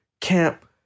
camp